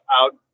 out